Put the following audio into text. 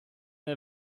der